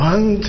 One